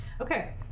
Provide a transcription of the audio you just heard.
Okay